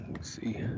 see